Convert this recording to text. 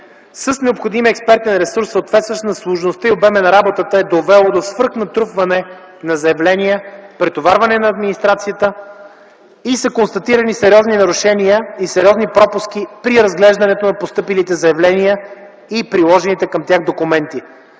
с необходимия експертен ресурс, съответстващ на сложността и обема на работата, е довело до свръхнатрупване на заявления и претовареност на администрацията и са констатирани сериозни нарушения и сериозни пропуски при разглеждане на постъпилите заявления и приложените към тях документи.